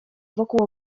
wokół